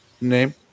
Name